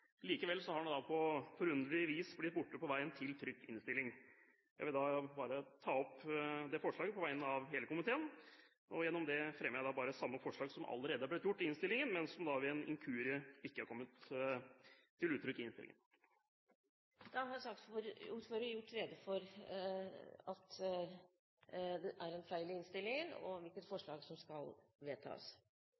Likevel har den på forunderlig vis blitt borte på veien til trykt innstilling. Jeg vil da bare ta opp forslaget på vegne av hele komiteen. Gjennom det fremmer jeg bare samme forslag, som allerede gjort i innstillingen, men som ved en inkurie ikke har kommet til uttrykk i innstillingen. Da har ordføreren for saken gjort rede for at det er en feil i innstillingen og hvilket